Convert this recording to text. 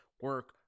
Work